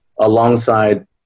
alongside